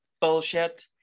bullshit